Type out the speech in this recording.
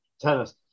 tennis